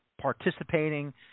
participating